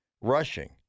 Rushing